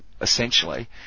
Essentially